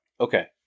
Okay